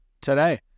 today